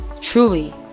truly